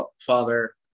father